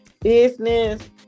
business